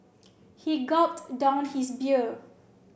he gulped down his beer